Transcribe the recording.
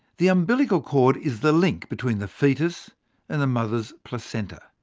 the umbilical cord is the link between the fetus and the mother's placenta.